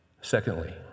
Secondly